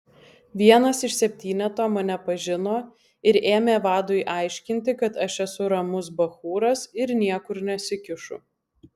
vienas iš septyneto mane pažino ir ėmė vadui aiškinti kad aš esu ramus bachūras ir niekur nesikišu